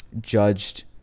judged